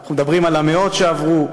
אנחנו מדברים על המאות שעברו.